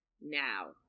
now